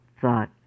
thought